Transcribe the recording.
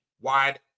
wide